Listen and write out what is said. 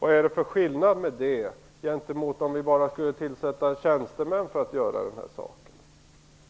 Vad är det för skillnad på detta och att bara tillsätta tjänstemän för att göra samma sak?